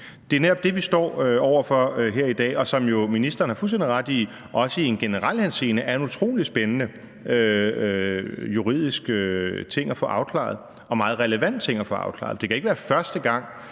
Det er netop det, vi står over for her i dag, og det er, som ministeren jo har fuldstændig ret i, også i en generel henseende en utrolig spændende juridisk ting at få afklaret og en meget relevant ting at få afklaret. Det kan ikke være første gang,